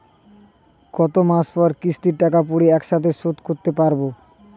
কত মাস পর কিস্তির টাকা পড়ে একসাথে শোধ করতে পারবো?